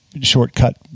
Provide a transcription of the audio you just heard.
shortcut